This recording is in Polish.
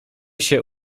się